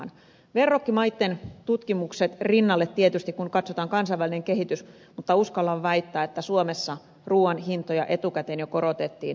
verrokkimaitten tutkimukset pitää ottaa rinnalle tietysti kun katsotaan kansainvälinen kehitys mutta uskallan väittää että suomessa ruuan hintoja etukäteen jo korotettiin